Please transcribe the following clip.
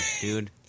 dude